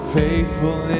faithful